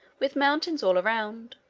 with mountains all around.